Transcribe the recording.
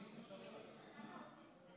בבקשה.